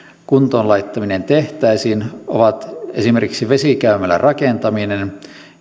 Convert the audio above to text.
kuntoon laittaminen tehtäisiin ovat esimerkiksi vesikäymälän rakentaminen